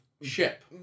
ship